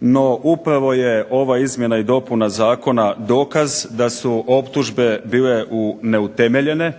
no upravo je ova izmjena i dopuna zakona dokaz da su optužbe bile neutemeljene,